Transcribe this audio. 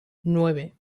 nueve